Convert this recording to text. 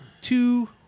Two